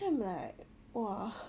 then I'm like !wah!